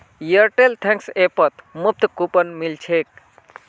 Airtel thanks ऐपत मुफ्त coupon मिल छेक